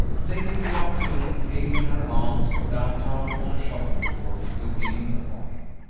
late in the afternoon kate and her aunt, down town on a shopping tour, looked in upon him.